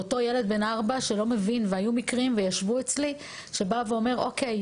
אותו ילד בן 4 שלא מבין והיו מקרים וישבו אצלי ואומר שהוא